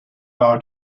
are